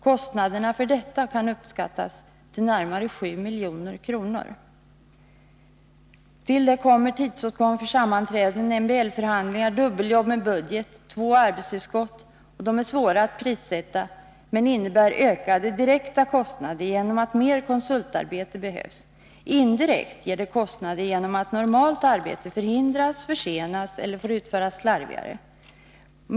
Kostnaderna för detta kan uppskattas till närmare 7 milj.kr. Till detta kommer tidsåtgång för sammanträden, MBL-förhandlingar, dubbeljobb med budget, två arbetsutskott m.m. Detta är svårt att prissätta, men innebär ökade direkta kostnader genom att mer konsultarbete behövs. Indirekt ger det kostnader genom att ”normalt” arbete förhindras, försenas eller får utföras slarvigare.